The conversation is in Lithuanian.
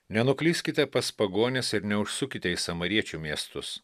nenuklyskite pas pagonis ir neužsukite į samariečių miestus